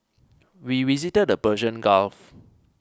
we visited the Persian Gulf